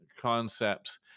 concepts